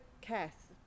Kath